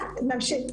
אז נמשיך,